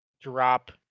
drop